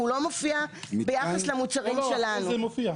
הוא לא מופיע ביחס למוצרים שלנו.